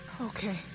Okay